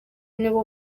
nibo